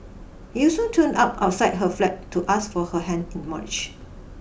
he also turned up outside her flat to ask for her hand in march